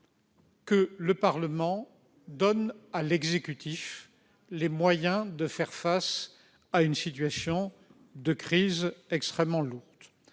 que le Parlement donne à l'exécutif les moyens de faire face à une situation de crise extrêmement lourde.